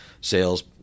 sales